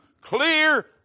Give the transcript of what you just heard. clear